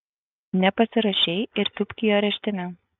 nepasirašei ir tūpk į areštinę